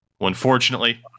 Unfortunately